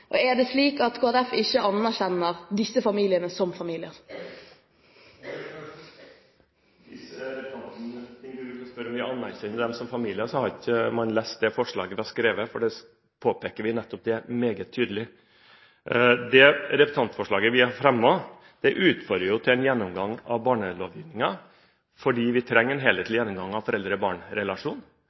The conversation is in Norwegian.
spørre om vi anerkjenner dem som familier, har man ikke lest det forslaget vi har skrevet, for der påpeker vi nettopp det meget tydelig. Det representantforslaget vi har fremmet, utfordrer til en gjennomgang av barnelovgivningen, fordi vi trenger en helhetlig gjennomgang av foreldre-barn-relasjonen, og det utfordrer til en modernisering av lovgivningen, fordi vi ønsker å likestille menn med kvinner, sånn at menn får det samme ansvaret for barn